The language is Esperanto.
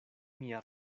mia